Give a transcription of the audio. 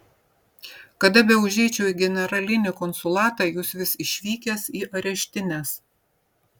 kada beužeičiau į generalinį konsulatą jūs vis išvykęs į areštines